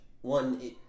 one